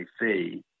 fee